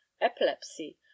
epilepsy